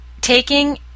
taking